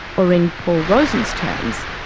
or in paul rozin's terms,